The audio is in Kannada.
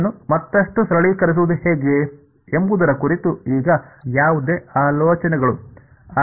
ಇದನ್ನು ಮತ್ತಷ್ಟು ಸರಳೀಕರಿಸುವುದು ಹೇಗೆ ಎಂಬುದರ ಕುರಿತು ಈಗ ಯಾವುದೇ ಆಲೋಚನೆಗಳು